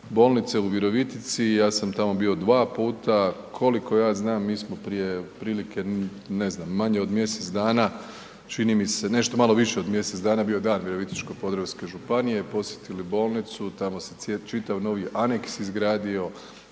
bolnice u Virovitici, ja sam tamo bio dva puta, koliko ja znam mi smo prije otprilike ne znam manje od mjesec dana čini mi se nešto malo više od mjesec dana bio je Dan Virovitičko-podravske županije posjetili bolnicu, tamo se čitav novi aneks izgradio,